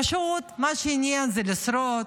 פשוט מה שעניין זה לשרוד.